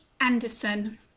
anderson